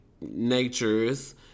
natures